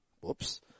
Whoops